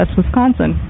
Wisconsin